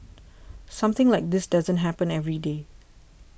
something like this doesn't happen every day